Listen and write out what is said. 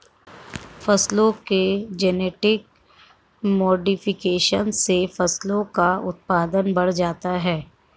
फसलों के genetic modification से फसलों का उत्पादन बढ़ जाता है